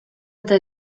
eta